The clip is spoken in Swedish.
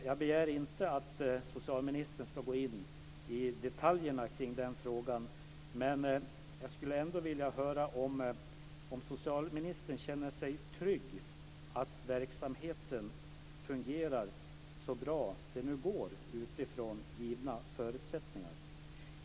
Jag begär inte att socialministern ska gå in i detaljerna kring den frågan, men jag skulle ändå vilja höra om socialministern känner sig säker på att verksamheten fungerar så bra det nu går utifrån givna förutsättningar.